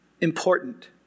important